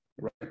right